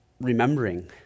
remembering